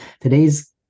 today's